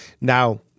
Now